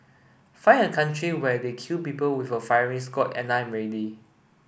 find a country where they kill people with a firing squad and I'm ready